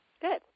good